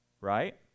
Right